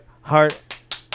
Heart